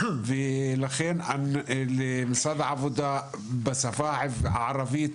לכן אני מוכן להירתם ולעזור למשרד העבודה בשפה הערבית,